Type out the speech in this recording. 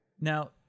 Now